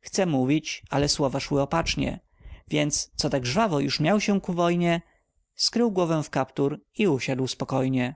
chce mówić ale słowa szły opacznie więc co tak żwawo już miał się ku wojnie skrył głowę w kaptur i usiadł spokojnie